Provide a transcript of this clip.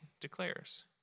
declares